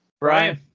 brian